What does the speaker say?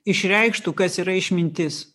išreikštų kas yra išmintis